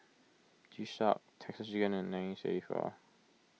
G Shock Texas U and nine three four